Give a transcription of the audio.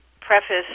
preface